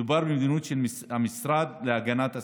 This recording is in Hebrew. מדובר במדיניות של המשרד להגנת הסביבה.